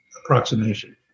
approximation